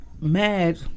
mad